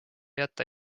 jäta